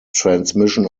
transmission